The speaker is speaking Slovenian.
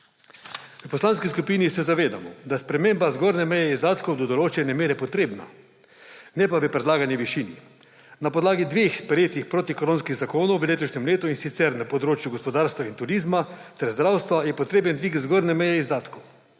V poslanski skupni se zavedamo, da je sprememba zgornje meje izdatkov do določene mere potrebna, ne pa v predlagani višini. Na podlagi dveh sprejetih protikoronskih zakonov v letošnjem letu, in sicer na področju gospodarstva in turizma ter zdravstva, je potreben dvig zgornje meje izdatkov.